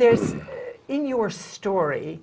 there in your story